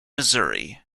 missouri